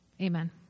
Amen